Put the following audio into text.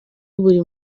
buri